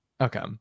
Okay